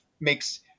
makes